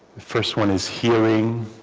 first one is healing